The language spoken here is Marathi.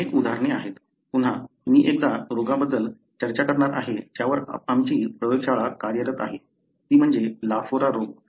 पुन्हा मी एका रोगाबद्दल चर्चा करणार आहे ज्यावर आमची प्रयोगशाळा कार्यरत आहे ती म्हणजे लाफोरा रोग